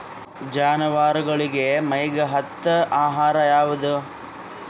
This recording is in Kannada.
ಜಾನವಾರಗೊಳಿಗಿ ಮೈಗ್ ಹತ್ತ ಆಹಾರ ಯಾವುದು?